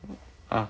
ah